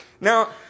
Now